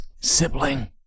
sibling